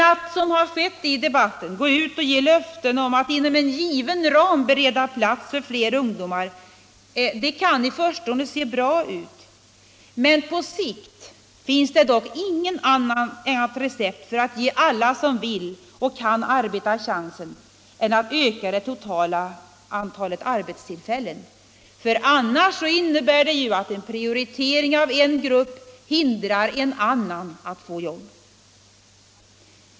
Att, som har skett i debatten, gå ut med löften om att inom en given ram bereda plats för flera ungdomar kan i förstone se bra ut, men på längre sikt finns inget annat recept för att ge alla som vill och kan arbeta chansen än att öka det totala antalet arbetstillfällen; annars blir resultatet att en prioritering av en grupp hindrar en annan att få jobb.